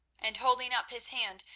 and holding up his hand,